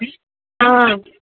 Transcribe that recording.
ఆ